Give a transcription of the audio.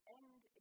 end